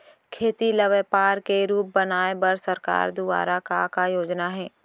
खेती ल व्यापार के रूप बनाये बर सरकार दुवारा का का योजना हे?